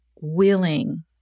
willing